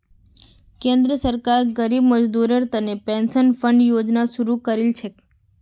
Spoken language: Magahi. केंद्र सरकार गरीब मजदूरेर तने पेंशन फण्ड योजना शुरू करील छेक